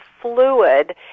fluid